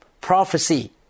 prophecy